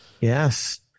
yes